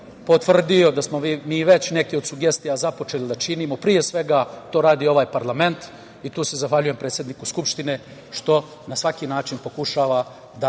potvrdio da smo mi već neke od sugestija započeli da činimo, pre svega, to radi ovaj parlament i tu se zahvaljujem predsedniku Skupštine što na svaki način pokušava da